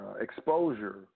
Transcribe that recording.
Exposure